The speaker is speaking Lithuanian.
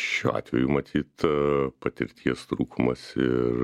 šiuo atveju matyt patirties trūkumas ir